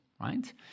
Right